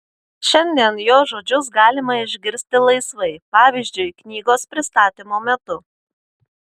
šiandien jo žodžius galima išgirsti laisvai pavyzdžiui knygos pristatymo metu